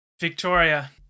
Victoria